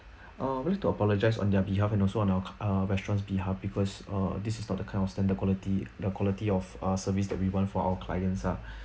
uh first to apologise on their behalf and also on our uh restaurants behalf because uh this is not the kind of standard quality the quality of our service that we want for our clients ah